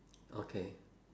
okay